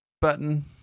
button